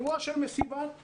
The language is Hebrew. שום תו סגול ושום כלום.